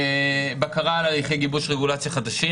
בקרה על הליכי רגולציה חדשים.